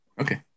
Okay